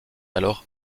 alors